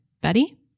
Betty